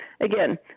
again